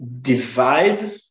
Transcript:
divide